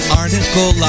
article